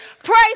Praise